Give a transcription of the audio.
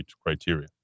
criteria